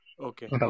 Okay